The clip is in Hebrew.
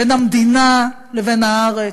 בין המדינה לבין הארץ,